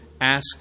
Ask